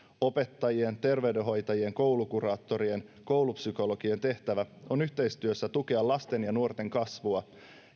opettajien terveydenhoitajien koulukuraattorien koulupsykologien tehtävä on yhteistyössä tukea lasten ja nuorten kasvua